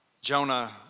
Jonah